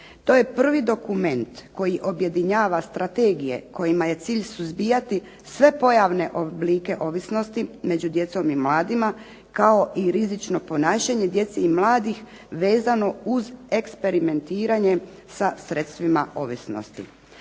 To je prvi dokument koji objedinjava strategije kojima je cilj suzbijati sve pojavne oblike ovisnosti među djecom i mladima, kao i rizično ponašanje djece i mladih vezano uz eksperimentiranje sa sredstvima ovisnosti.